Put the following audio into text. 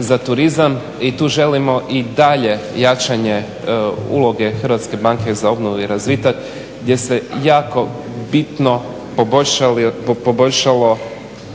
za turizam i tu želimo i dalje jačanje uloge HBOR-a gdje se jako bitno poboljšalo